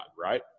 right